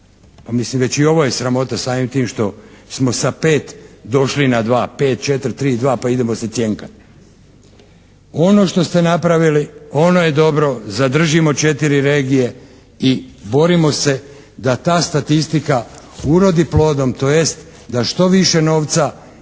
pa mislim već i ovo je sramota samim tim što smo sa 5 došli na 2. 5, 4, 3, 2 pa idemo se cjenkati. Ono što ste napravili, ono je dobro, zadržimo 4 regije i borimo se da ta statistika urodi plodom, tj. da što više novca